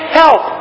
help